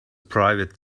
private